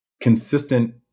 consistent